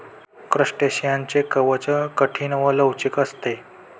क्रस्टेशियनचे कवच कठीण व लवचिक असते